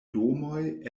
domoj